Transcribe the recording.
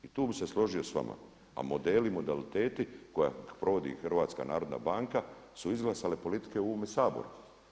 I tu bih se složio s vama a modeli i modaliteti koje provodi HNB su izglasale politike u ovom Saboru.